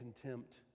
contempt